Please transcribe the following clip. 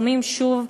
שומעים שוב,